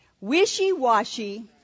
wishy-washy